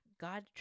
God